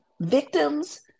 Victims